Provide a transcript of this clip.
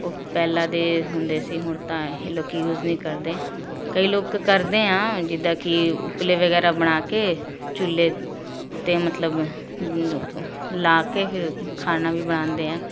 ਉਹ ਪਹਿਲਾਂ ਦੇ ਹੁੰਦੇ ਸੀ ਹੁਣ ਤਾਂ ਇਹ ਲੋਕ ਯੂਜ਼ ਨਹੀਂ ਕਰਦੇ ਕਈ ਲੋਕ ਕਰਦੇ ਹਾਂ ਜਿੱਦਾਂ ਕਿ ਉਪਲੇ ਵਗੈਰਾ ਬਣਾ ਕੇ ਚੁੱਲ੍ਹੇ 'ਤੇ ਮਤਲਬ ਲਾ ਕੇ ਫਿਰ ਖਾਣਾ ਵੀ ਬਣਾਉਂਦੇ ਹੈ